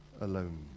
alone